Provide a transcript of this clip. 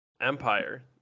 empire